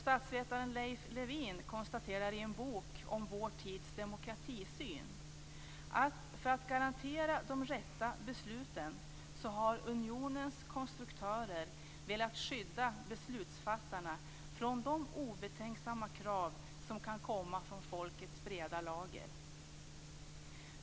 Statsvetaren Leif Levin konstaterar i en bok om vår tids demokratisyn att för att garantera de rätta besluten har unionens konstruktörer velat skydda beslutsfattarna från de obetänksamma krav som kan komma från folkets breda lager.